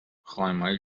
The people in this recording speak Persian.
خانمهای